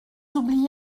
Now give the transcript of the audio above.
oublié